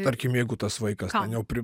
tarkim jeigu tas vaikas ten jau pri